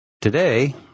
Today